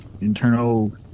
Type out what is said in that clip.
internal